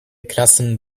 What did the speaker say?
klassen